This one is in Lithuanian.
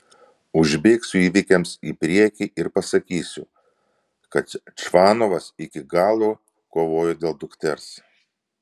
užbėgsiu įvykiams į priekį ir pasakysiu kad čvanovas iki galo kovojo dėl dukters